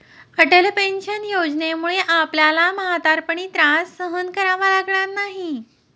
Atal pension योजनेमुळे आपल्याला म्हातारपणी त्रास सहन करावा लागणार नाही